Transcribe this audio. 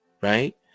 right